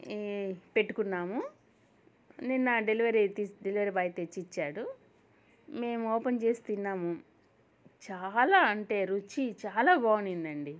ఈ పెట్టుకున్నాము నిన్న డెలివరీ డెలివరీ బాయ్ తెచ్చిచ్చాడు మేము ఓపెన్ చేసి తిన్నాము చాలా అంటే రుచి చాలా బాగుండిందండి